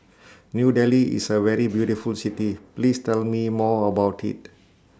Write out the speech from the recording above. New Delhi IS A very beautiful City Please Tell Me More about IT